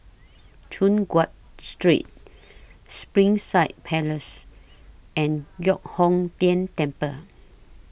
Choon Guan Street Springside Place and Giok Hong Tian Temple